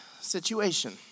situation